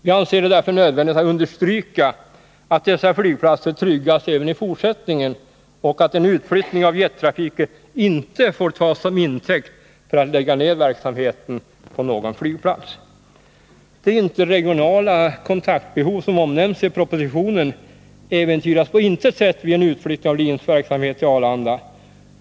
Vi anser det därför nödvändigt att understryka att dessa flygplatser tryggas även i fortsättningen och att en utflyttning av jettrafiken inte får tas som intäkt för att lägga ned verksamheten på någon flygplats. Det interregionala kontaktnät som omnämns i propositionen äventyras på intet sätt vid en utflyttning av LIN:s verksamhet till Arlanda.